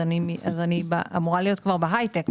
אז אני אמורה להיות כבר בהייטק.